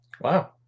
Wow